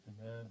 Amen